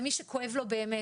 למי שכואב לו באמת.